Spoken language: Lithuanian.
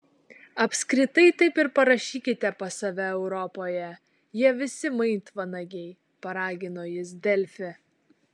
apskritai taip ir parašykite pas save europoje jie visi maitvanagiai paragino jis delfi